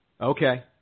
Okay